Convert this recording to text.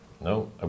no